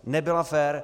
Nebyla fér.